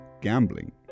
gambling